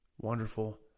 wonderful